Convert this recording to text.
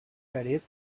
ferit